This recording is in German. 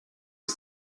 ist